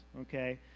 okay